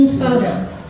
photos